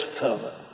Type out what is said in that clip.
further